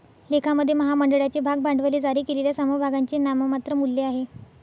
लेखामध्ये, महामंडळाचे भाग भांडवल हे जारी केलेल्या समभागांचे नाममात्र मूल्य आहे